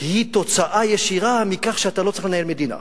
היא תוצאה ישירה מכך שאתה לא צריך לנהל מדינה.